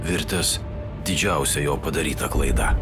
virtęs didžiausia jo padaryta klaida